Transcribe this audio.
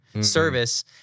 service